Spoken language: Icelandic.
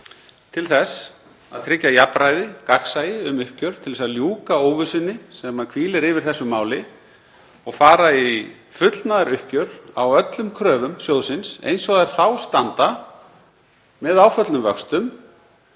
til þess að tryggja jafnræði, gagnsæi um uppgjör til þess að ljúka óvissunni sem hvílir yfir þessu máli og fara í fullnaðaruppgjör á öllum kröfum sjóðsins eins og þær þá standa með áföllnum vöxtum